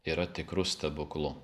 yra tikru stebuklu